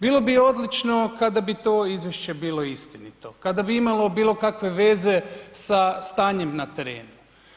Bilo bi odlično kada bi to izvješće bilo istinito, kada bi imalo bilo kakve veze sa stanjem na terenu.